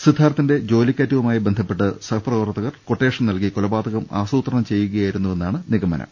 സിദ്ധാർഥിന്റെ ജോലിക്കയറ്റവുമായി ബന്ധപ്പെട്ട് സഹപ്രവർത്തകർ കൊട്ടേഷൻ നൽകി കൊലപാതകം ആസൂത്രണം ചെയ്യുകയായിരുന്നു എന്നാണ് നിഗമനം